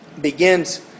begins